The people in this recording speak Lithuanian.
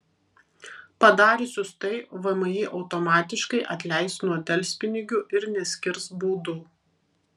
padariusius tai vmi automatiškai atleis nuo delspinigių ir neskirs baudų